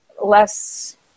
less